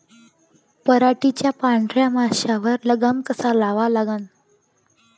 पराटीवरच्या पांढऱ्या माशीवर लगाम कसा लावा लागन?